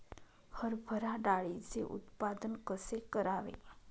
हरभरा डाळीचे उत्पादन कसे करावे?